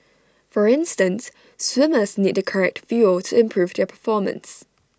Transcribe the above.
for instance swimmers need the correct fuel to improve their performance